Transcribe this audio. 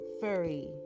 furry